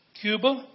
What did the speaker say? Cuba